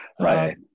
right